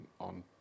on